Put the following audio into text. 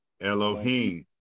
Elohim